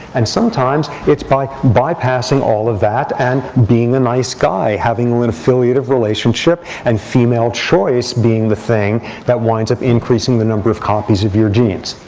and sometimes it's by bypassing all of that and being the nice guy, having an affiliative relationship, and female choice being the thing that winds up increasing the number of copies of your genes.